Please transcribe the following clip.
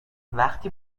وقتی